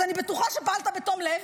אז אני בטוחה שפעלת בתום לב,